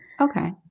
Okay